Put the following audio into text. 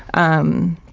um,